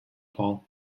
paul